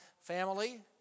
family